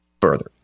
further